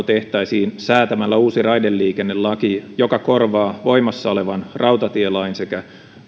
tehtäisiin säätämällä uusi raideliikennelaki joka korvaa voimassa olevan rautatielain sekä